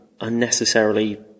unnecessarily